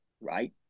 right